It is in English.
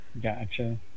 gotcha